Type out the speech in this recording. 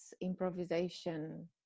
improvisation